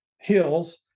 hills